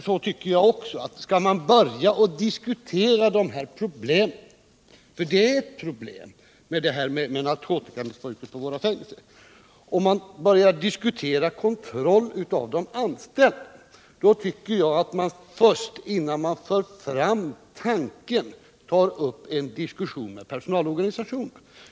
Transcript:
Skall man börja diskutera de här problemen — narkotikamissbruket på våra fångvårdsanstalter är ett problem — och skall man överväga kontroll av de anställda, tycker jag att man, innan man för fram tanken, först skall ta upp diskussion med personalorganisationerna.